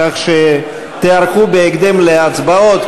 כך שתיערכו בהקדם להצבעות,